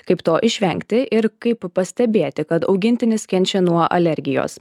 kaip to išvengti ir kaip pastebėti kad augintinis kenčia nuo alergijos